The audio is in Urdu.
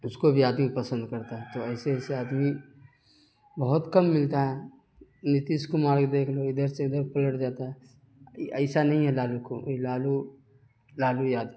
اس کو بھی آدمی پسند کرتا ہے تو ایسے ایسے آدمی بہت کم ملتا ہے نتیش کمار کو دیکھ لو ادھر سے ادھر پلٹ جاتا ہے ایسا نہیں لالو کو لالو لالو یادو